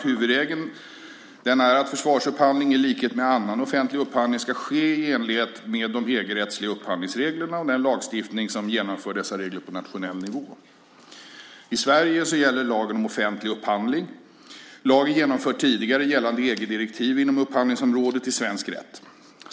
Huvudregeln är att försvarsupphandling, i likhet med annan offentlig upphandling, ska ske i enlighet med de EG-rättsliga upphandlingsreglerna och lagstiftning som genomför dessa regler på nationell nivå. I Sverige gäller lagen om offentlig upphandling. Lagen genomför tidigare gällande EG-direktiv inom upphandlingsområdet i svensk rätt.